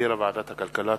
שהחזירה ועדת הכלכלה.